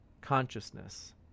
consciousness